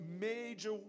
major